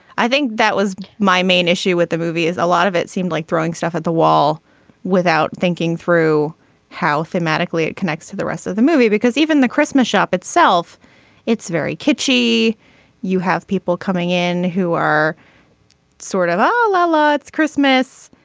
i think that was my main issue with the movie is a lot of it seemed like throwing stuff at the wall without thinking through how thematically it connects to the rest of the movie because even the christmas shop itself it's very kitschy you have people coming in who are sort of um ah la. it's christmas